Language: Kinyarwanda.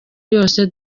yose